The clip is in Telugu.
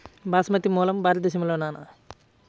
బాస్మతి మూలం భారతదేశంలోనా?